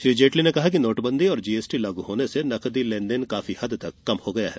श्री जेटली ने कहा कि नोटबंदी और जीएसटी लागू होने से नकदी लेन देन काफी हद तक कम हो गया है